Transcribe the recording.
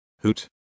hoot